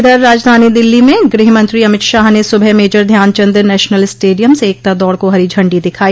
इधर राजधानी दिल्ली में गृहमंत्री अमित शाह ने सुबह मेजर ध्यानचंद नेशनल स्टेडियम से एकता दौड़ को हरी झंडी दिखाई